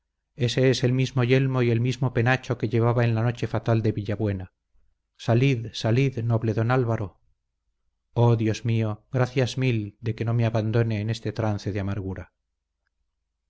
ese es el mismo yelmo y el mismo penacho que llevaba en la noche fatal de villabuena salid salid noble don álvaro oh dios mío gracias mil de que no me abandone en este trance de amargura